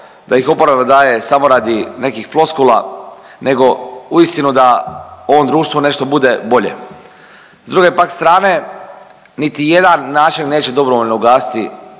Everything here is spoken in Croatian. da ih oporba daje samo radi nekih floskula nego uistinu da ovom društvu nešto bude bolje. S druge pak strane, niti jedan način neće dobrovoljno ugasiti,